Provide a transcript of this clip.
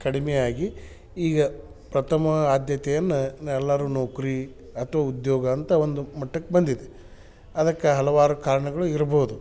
ಕಡಿಮೆಯಾಗಿ ಈಗ ಪ್ರಥಮ ಆದ್ಯತೆಯನ್ನು ನ ಎಲ್ಲರೂ ನೌಕರಿ ಅಥ್ವಾ ಉದ್ಯೋಗ ಅಂತ ಒಂದು ಮಟ್ಟಕ್ಕೆ ಬಂದಿದೆ ಅದಕ್ಕೆ ಹಲವಾರು ಕಾರಣಗಳು ಇರ್ಬೋದು